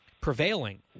prevailing